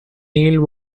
neil